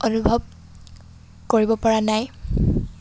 অনুভৱ কৰিব পৰা নাই